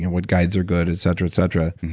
what guides are good, et cetera, et cetera.